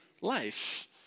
life